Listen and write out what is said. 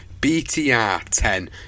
BTR10